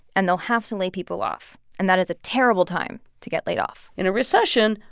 and they'll have to lay people off. and that is a terrible time to get laid off in a recession,